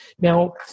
Now